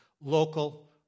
local